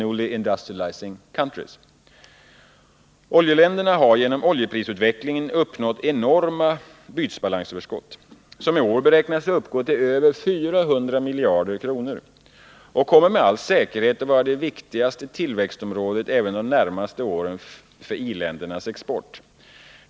Oljeländerna har genom oljeprisutvecklingen uppnått enorma bytesbalansöverskott — som i år beräknas uppgå till över 400 miljarder kronor — och kommer med all sannolikhet att vara det viktigaste tillväxtområdet även de närmaste åren för i-ländernas export.